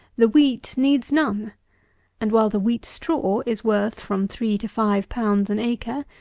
the wheat needs none and while the wheat straw is worth from three to five pounds an acre,